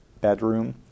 bedroom